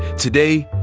today,